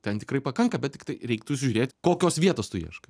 ten tikrai pakanka bet tiktai reiktų žiūrėt kokios vietos tu ieškai